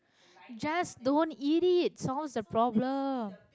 just don't eat it solves the problem